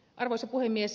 arvoisa puhemies